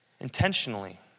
intentionally